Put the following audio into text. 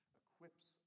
equips